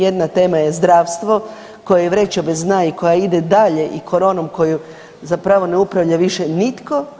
Jedna tema je zdravstvo koja je vreća bez dna i koja ide dalje i koronom koju zapravo ne upravlja više nitko.